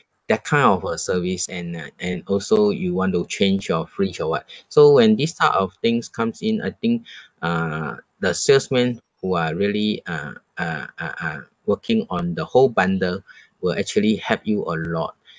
that kind of a service and uh and also you want to change your fridge or what so when this type of things comes in I think uh the salesmen who are really uh uh uh uh working on the whole bundle will actually help you a lot